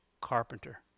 carpenter